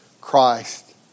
Christ